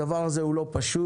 הדבר הזה הוא לא פשוט,